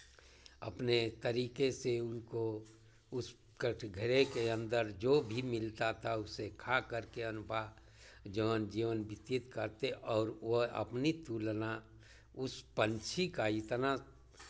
अपने तरीके से उनको उस कटघरे के अंदर जो भी मिलता था उसे खाकर के अनुबाह जौन जीवन व्यतीत करते और वह अपनी तुलना उस पंछी का इतना